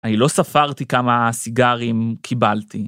אני לא ספרתי כמה סיגרים קיבלתי.